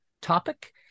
topic